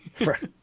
Right